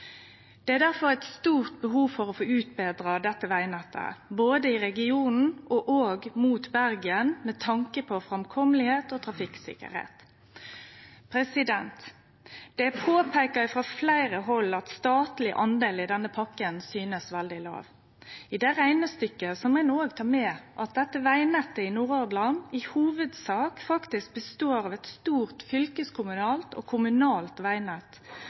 Det er difor eit stort behov for å få utbetra dette vegnettet, både i regionen og mot Bergen, med tanke på framkomsten og trafikksikkerheita. Det er påpeika frå fleire hald at den statlege delen i denne pakken synest å vere veldig låg. I det reknestykket må ein òg ta med at vegnettet i Nordhordland i hovudsak består av eit stort fylkeskommunalt og kommunalt vegnett,